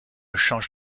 change